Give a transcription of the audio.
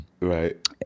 right